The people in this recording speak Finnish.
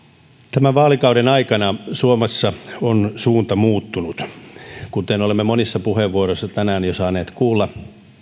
tämän vaalikauden aikana suomessa on suunta muuttunut kuten olemme monissa puheenvuoroissa tänään jo saaneet kuulla